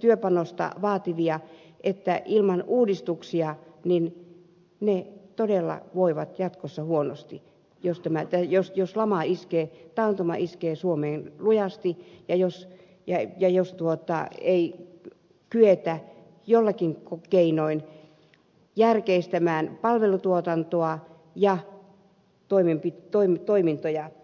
työpanosta vaativia että ilman uudistuksia ne todella voivat jatkossa huonosti jos taantuma iskee suomeen lujasti ja jos ei kyetä joillakin keinoin järkeistämään palvelutuotantoa ja toimintoja